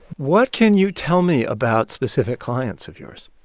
what can you tell me about specific clients of yours?